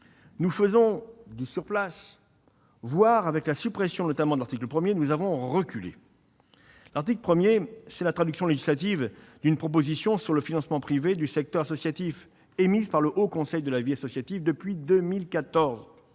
nous faisons du surplace, voire, avec la suppression de l'article 1, nous avons reculé. L'article 1 est la traduction législative d'une proposition sur le financement privé du secteur associatif émise par le Haut Conseil à la vie associative depuis 2014